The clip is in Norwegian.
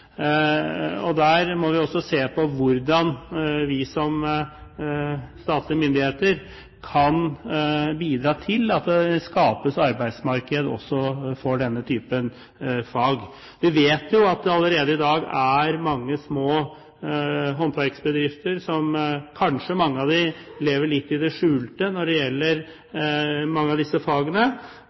Der må vi også se på hvordan vi som statlige myndigheter kan bidra til at det skapes et arbeidsmarked også for denne typen fag. Vi vet jo at det allerede i dag er mange små håndverksbedrifter som kanskje lever litt i det skjulte når det gjelder mange av disse fagene,